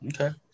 Okay